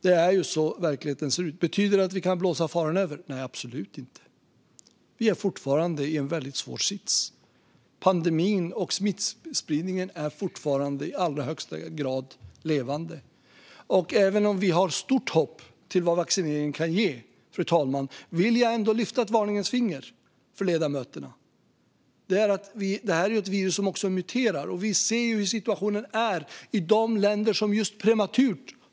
Det är så verkligheten ser ut. Betyder det att vi kan blåsa faran över? Nej, absolut inte. Vi är fortfarande i en väldigt svår sits. Pandemin och smittspridningen är fortfarande i allra högsta grad levande. Även om vi har stort hopp om vad vaccineringen kan leda till, fru talman, vill jag lyfta ett varningens finger för ledamöterna. Det här är ett virus som muterar. Vi ser också hur situationen är i de länder som har öppnat prematurt.